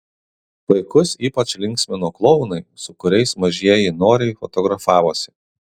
vaikus ypač linksmino klounai su kuriais mažieji noriai fotografavosi